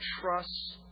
trust